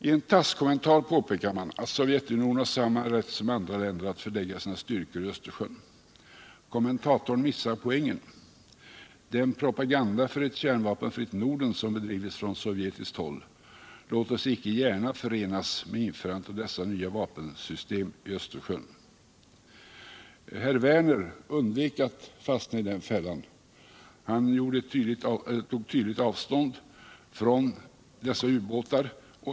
I en TASS-kommentar påpekas att Sovjetunionen har samma rätt som andra länder att förlägga sina styrkor i Östersjön. Kommentatorn missar poängen. Den propaganda för ett kärnvapenfritt Norden som bedrivits från sovjetiskt håll låter sig inte gärna förenas med införandet av dessa nya vapensystem i Östersjön. Herr Werner undvek att fastna i den fällan. Han tog tydligt avstånd från dessa ubåtar.